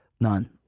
None